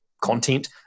content